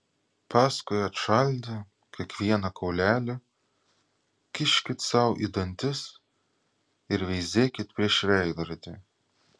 paskui atšaldę kiekvieną kaulelį kiškit sau į dantis ir veizėkit prieš veidrodį